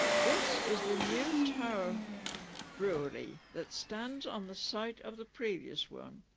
this is the new tower brewery that stands on the site of the previous one